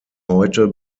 heute